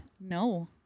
No